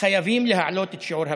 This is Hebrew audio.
חייבים להעלות את שיעור הבדיקות.